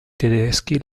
tedeschi